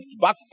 back